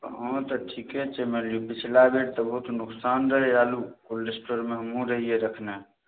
हँ तऽ ठीके छै मानि लिऽ पछिला बेर तऽ बहुत नोकसान रहै आलू कोल्ड स्टोरमे हमहूँ रहियै रखने